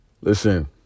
Listen